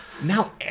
Now